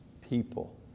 people